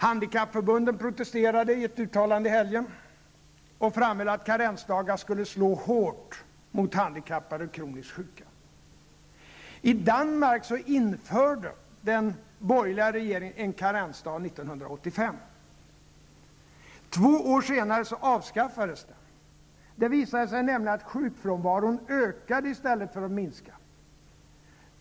Handikappförbunden protesterade i ett uttalande i helgen och framhöll att karensdagar skulle slå hårt mot handikappade och kroniskt sjuka. I Danmark införde den borgerliga regeringen en karensdag 1985. Två år senare avskaffades den. Det visade sig nämligen att sjukfrånvaron ökade i stället för att minska.